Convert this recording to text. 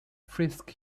frisk